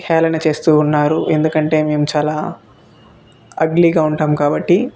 హేళన చేస్తు ఉన్నారు ఎందుకంటే మేము చాలా అగ్లీగా ఉంటాం కాబట్టి